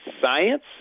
science